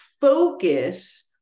focus